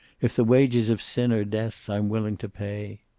if the wages of sin are death i'm willing to pay.